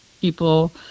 people